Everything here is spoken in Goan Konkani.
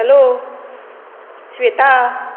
हॅलो स्वेता